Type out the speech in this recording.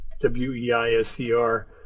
W-E-I-S-E-R